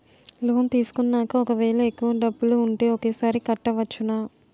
Loan తీసుకున్నాక ఒకవేళ ఎక్కువ డబ్బులు ఉంటే ఒకేసారి కట్టవచ్చున?